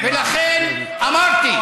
אמרתי: